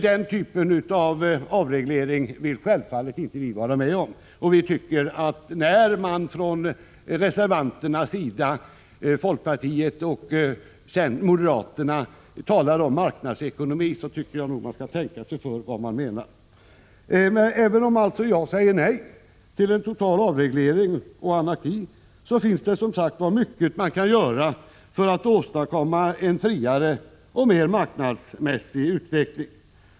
Den typen av avreglering vill självfallet inte vi vara med om, och vi tycker att reservanterna från folkpartiet och moderaterna skall tänka sig för, när de talar om marknadsekonomi. Även om jag alltså säger nej till en total avreglering och anarki, finns det som sagt mycket man kan göra för att åstadkomma en friare och mera marknadsmässig utveckling.